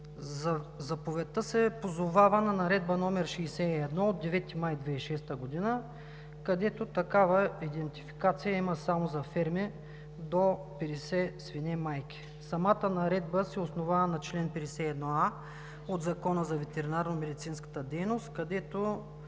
Заповедта се позовава на Наредба № 61 от 9 май 2006 г., където такава идентификация има само за ферми до 50 свине майки. Самата наредба се основава на чл. 51а от Закона за ветеринарномедицинската дейност, където